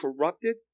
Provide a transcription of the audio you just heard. corrupted